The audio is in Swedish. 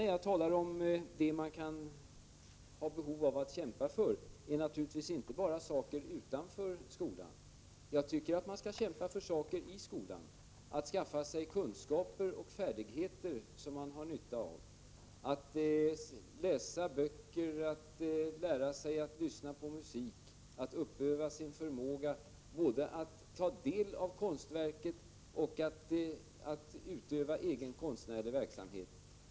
När jag talade om vad man kan ha behov av att kämpa för gäller det naturligtvis inte bara saker utanför skolan. Jag tycker att man skall kämpa för saker i skolan: att skaffa sig kunskaper och färdigheter som man har nytta av, att läsa böcker, att lära sig att lyssna på musik, att uppöva sin förmåga både att ta del av konstverk och att utöva egen konstnärlig verksamhet.